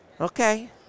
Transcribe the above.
Okay